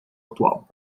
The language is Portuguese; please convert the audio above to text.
atual